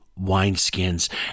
wineskins